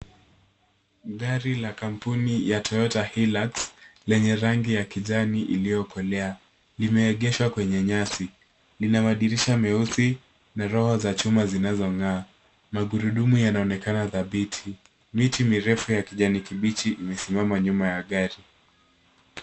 Gari la kampuni ya Toyota Hilux lenye rangi ya kijani iliyokolea imeegeshwa kwenye nyasi. Lina madirisha meusi na roho za chuma zinazong'aa. Magurudumu yanaonekana dhabiti. Miti mirefu ya kijani kibichi imesimama nyuma ya gari.